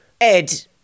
Ed